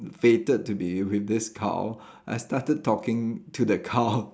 fated to be with this cow I started talking to the cow